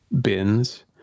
bins